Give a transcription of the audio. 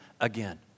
again